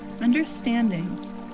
Understanding